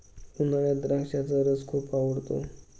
उन्हाळ्यात द्राक्षाचा रस खूप आवडतो